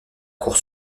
cour